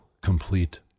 complete